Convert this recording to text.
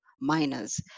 miners